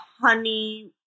honey